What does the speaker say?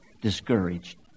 discouraged